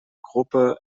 gruppe